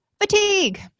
Fatigue